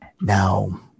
now